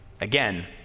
Again